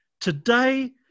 Today